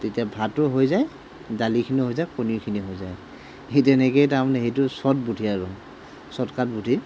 তেতিয়া ভাতো হৈ যায় দালিখিনিও হৈ যায় কণীখিনিও হৈ যায় সেই তেনেকেই তাৰমানে সেইটো শ্বৰ্ট বুদ্ধি আৰু শ্বৰ্ট কাট বুদ্ধি